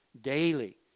daily